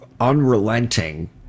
unrelenting